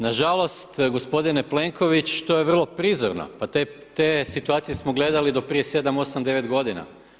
Nažalost gospodine Plenković, to je vrlo prizorno, pa te situacije smo gledali do prije 7, 8, 9 godina.